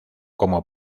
como